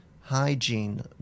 hygiene